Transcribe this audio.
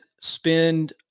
spend